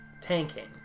tanking